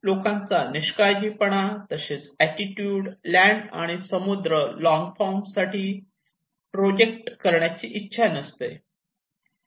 लोकांचा निष्काळजीपणा तसाच एटीट्यूट लँड आणि समुद्र लॉंग फॉर्म साठी प्रोटेक्ट करण्याची इच्छा नसणे